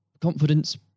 confidence